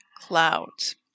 clouds